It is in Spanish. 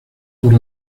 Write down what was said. por